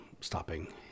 stopping